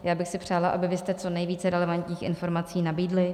Já bych si přála, abyste co nejvíce relevantních informací nabídli.